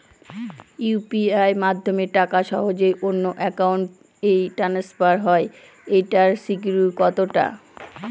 UPI মাধ্যমে টাকা সহজেই অন্যের অ্যাকাউন্ট ই ট্রান্সফার হয় এইটার সিকিউর কত টা?